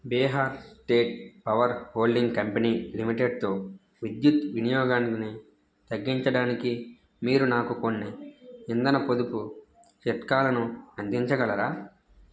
Bihar State Power Holding Company లిమిటెడ్తో విద్యుత్ వినియోగాన్ని తగ్గించడానికి మీరు నాకు కొన్ని ఇంధన పొదుపు చిట్కాలను అందించగలరా